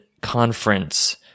conference